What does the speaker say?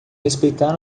respeitar